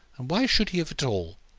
and why should he have it all?